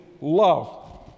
love